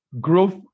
growth